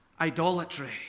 idolatry